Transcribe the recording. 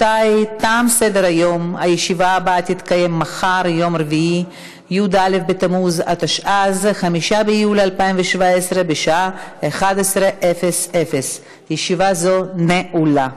15 חברי כנסת בעד, אין מתנגדים, אין נמנעים.